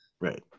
Right